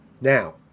Now